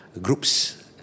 groups